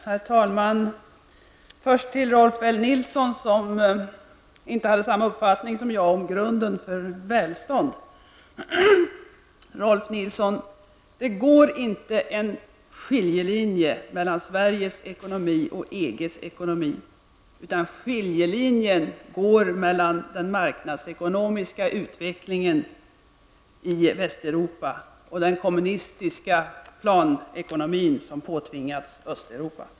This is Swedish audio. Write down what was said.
Herr talman! Först vänder jag mig till Rolf L Nilson, som inte hade samma uppfattning som jag om grunden för välstånd. Men det går inte en skiljelinje mellan Sveriges och EGs ekonomi, utan skiljelinjen går mellan den marknadsekonomiska utvecklingen i Västeuropa och den kommunistiska planekonomi som påtvingats Östeuropa.